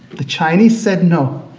the chinese said no.